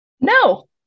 No